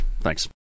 thanks